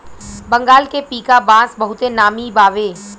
बंगाल के पीका बांस बहुते नामी बावे